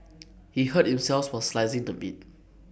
he hurt him selves while slicing the meat